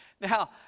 Now